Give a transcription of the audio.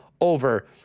over